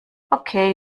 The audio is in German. okay